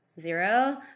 Zero